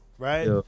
Right